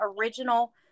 original